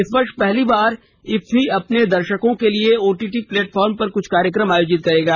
इस वर्ष पहली बार इफ्फी अपने दर्शको के लिए ओटीटी प्लेटफार्म पर कुछ कार्यक्रम आयोजित करेगा